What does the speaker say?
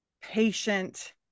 patient